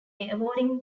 award